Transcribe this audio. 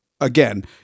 again